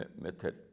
method